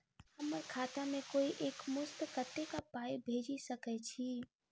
हम्मर खाता मे कोइ एक मुस्त कत्तेक पाई भेजि सकय छई?